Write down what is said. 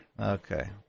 okay